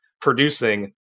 producing